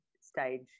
stage